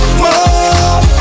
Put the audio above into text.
more